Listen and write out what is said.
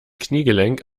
kniegelenk